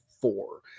four